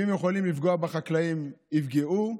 אם הם יכולים לפגוע בחקלאים, יפגעו,